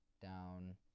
down